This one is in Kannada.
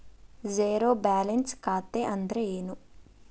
ಝೇರೋ ಬ್ಯಾಲೆನ್ಸ್ ಖಾತೆ ಅಂದ್ರೆ ಏನು?